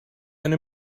eine